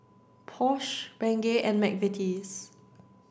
Porsche Bengay and McVitie's